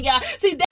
see